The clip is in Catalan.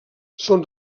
són